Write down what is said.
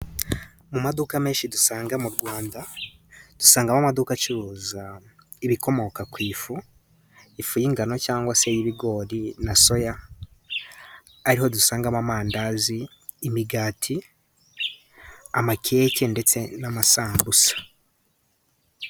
Mu maduka menshi dusanga mu Rwanda dusangamo amaduka acuruza ibikomoka ku ifu, ifu y'ingano cyangwa se y'ibigori na soya, ariho dusangamo amandazi, imigati amakeke ndetse n'amasambusa.